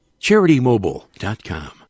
CharityMobile.com